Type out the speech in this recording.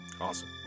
awesome